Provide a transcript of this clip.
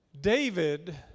David